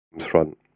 front